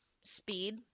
speed